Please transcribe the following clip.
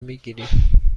میگیریم